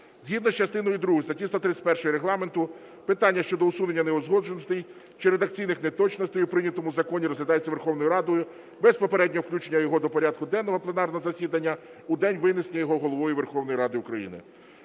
Згідно з частиною другою статті 131 Регламенту питання щодо усунення неузгодженостей чи редакційних неточностей у прийнятому законі розглядається Верховною Радою без попереднього включення його до порядку денного пленарного засідання у день винесення його Головою Верховної Ради України.